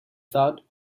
thought